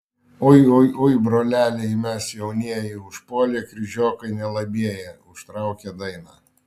ui ui ui broleliai mes jaunieji užpuolė kryžiokai nelabieji užtraukė dainą